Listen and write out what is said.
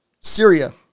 Syria